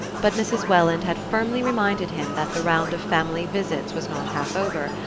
but mrs. welland had firmly reminded him that the round of family visits was not half over,